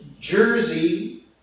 Jersey